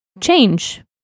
change